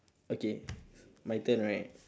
okay my turn right